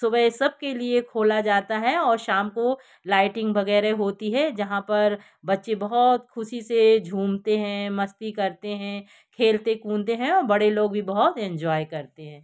सुबह सब के लिए खोला जाता है और शाम को लाइटिंग वग़ैरह होती है जहाँ पर बच्चे बहुत ख़ुशी से झूमते हैं मस्ती करते हैं खेलते कूदते हैं और बड़े लोग भी बहुत एंजॉय करते हैं